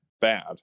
bad